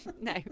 No